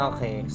Okay